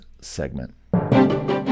segment